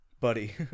Buddy